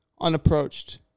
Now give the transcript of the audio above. unapproached